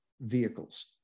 vehicles